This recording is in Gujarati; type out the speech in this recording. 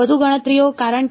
વધુ ગણતરીઓ કારણ કે